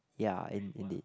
ya in~ indeed